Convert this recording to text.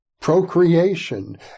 Procreation